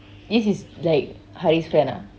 this is like haris friend ah